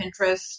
Pinterest